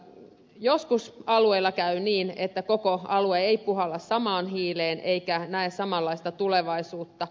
joskus alueella käy niin että koko alue ei puhalla samaan hiileen eikä näe samanlaista tulevaisuutta